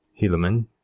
Helaman